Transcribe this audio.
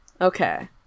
Okay